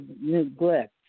neglect